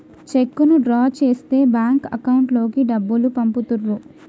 చెక్కును డ్రా చేస్తే bank account లోకి డబ్బులు పంపుతుర్రు